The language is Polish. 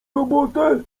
robotę